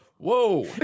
Whoa